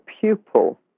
pupil